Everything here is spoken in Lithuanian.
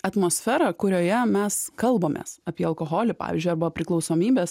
atmosferą kurioje mes kalbamės apie alkoholį pavyzdžiui aba priklausomybes